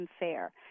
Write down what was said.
unfair